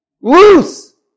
Loose